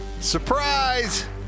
Surprise